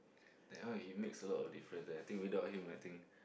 that one it makes a lot of difference eh I think without him I think